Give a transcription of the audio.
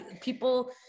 people